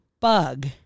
bug